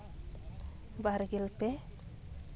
ᱵᱟᱨ ᱜᱮᱞ ᱯᱮ